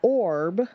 orb